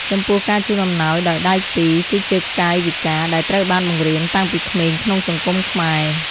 ចំពោះការជូនអំណោយដោយដៃពីរ គឺជាកាយវិការដែលត្រូវបានបង្រៀនតាំងពីក្មេងក្នុងសង្គមខ្មែរ។